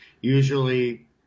usually